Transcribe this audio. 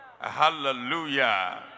Hallelujah